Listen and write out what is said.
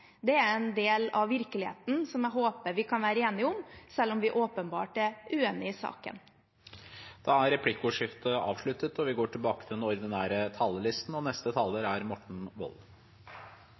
Det er en del av virkeligheten som jeg håper vi kan være enige om, selv om vi åpenbart er uenig i saken. Replikkordskiftet er